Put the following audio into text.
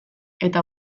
eta